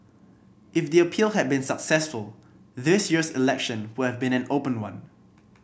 if the appeal had been successful this year's election would have been an open one